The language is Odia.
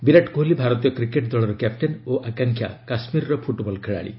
ବିରାଟ କୋହଲି ଭାରତୀୟ କ୍ରିକେଟ ଦଳର କ୍ୟାପ୍ଟେନ୍ ଓ ଆକାଂକ୍ଷା କାଶ୍ମୀରର ଫୁଟବଲ ଖେଳାଳି